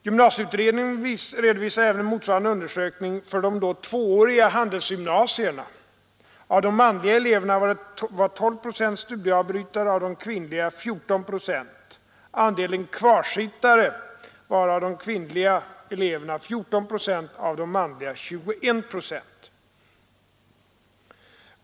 Gymnasieutredningen redovisade en motsvarande undersökning för de då 2-åriga handelsgymnasierna. Av de kvinnliga eleverna var 12 procent studieavbrytare och av de manliga 14 procent. Andelen kvarsittare var av de kvinnliga eleverna 14 procent och av de manliga 21 procent.